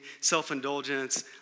self-indulgence